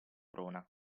prona